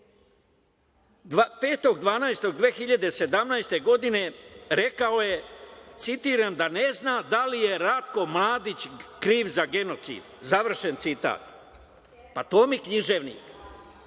5. 12. 2017. godine rekao je, citiram, "ne zna da li je Ratko Mladić kriv za genocid", završen citat. To je književnik?